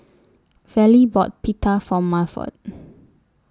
Vallie bought Pita For Milford